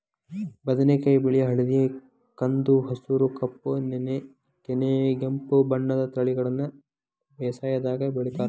ಬದನೆಕಾಯಿ ಬಿಳಿ ಹಳದಿ ಕಂದು ಹಸುರು ಕಪ್ಪು ಕನೆಗೆಂಪು ಬಣ್ಣದ ತಳಿಗಳನ್ನ ಬೇಸಾಯದಾಗ ಬೆಳಿತಾರ